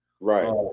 Right